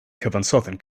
cyfansoddyn